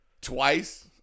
twice